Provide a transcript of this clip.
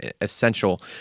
essential